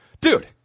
dude